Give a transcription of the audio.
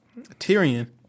Tyrion